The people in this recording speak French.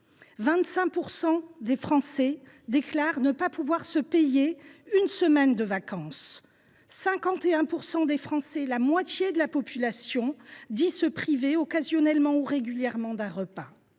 25 % déclarent ne pas pouvoir se payer une semaine de vacances ; 51 %, soit la moitié de la population, affirment se priver occasionnellement ou régulièrement d’un repas.